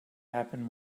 happen